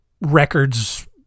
records